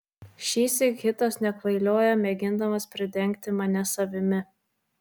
šįsyk hitas nekvailiojo mėgindamas pridengti mane savimi